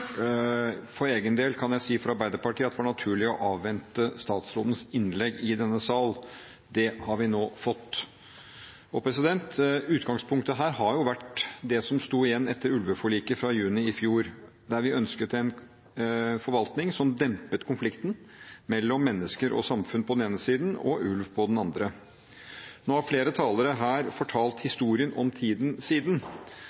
For egen og Arbeiderpartiets del kan jeg si at det var naturlig å avvente statsrådens innlegg i denne sal. Det har vi nå fått. Utgangspunktet her har jo vært det som sto igjen etter ulveforliket fra juni i fjor, der vi ønsket en forvaltning som dempet konflikten mellom mennesker og samfunn på den ene siden og ulv på den andre. Nå har flere talere her fortalt